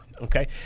okay